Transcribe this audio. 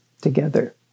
together